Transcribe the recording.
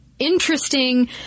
interesting